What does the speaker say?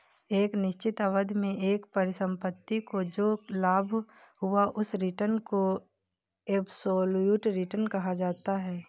एक निश्चित अवधि में एक परिसंपत्ति को जो लाभ हुआ उस रिटर्न को एबसोल्यूट रिटर्न कहा जाता है